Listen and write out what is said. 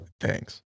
Thanks